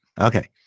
Okay